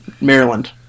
Maryland